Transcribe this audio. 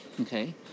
okay